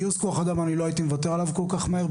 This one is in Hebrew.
הגיוס כוח אדם אני לא הייתי מוותר עליו כל כך מהר,